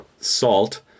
Salt